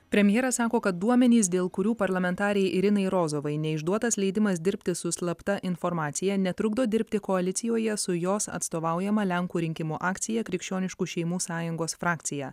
premjeras sako kad duomenys dėl kurių parlamentarei irinai rozovai neišduotas leidimas dirbti su slapta informacija netrukdo dirbti koalicijoje su jos atstovaujama lenkų rinkimų akcija krikščioniškų šeimų sąjungos frakcija